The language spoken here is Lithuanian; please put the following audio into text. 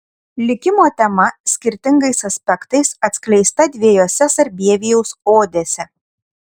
likimo tema skirtingais aspektais atskleista dviejose sarbievijaus odėse